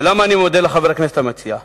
ולמה אני מודה לחבר הכנסת המציע?